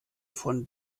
von